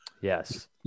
Yes